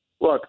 Look